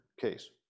case